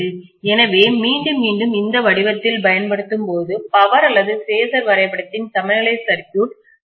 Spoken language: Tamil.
எனவே மீண்டும் மீண்டும் இந்த வடிவத்தில் பயன்படுத்தும் போது பவர் அல்லது பேஸர் வரைபடத்தின் சமநிலை சர்க்யூட்சுற்று பெறலாம்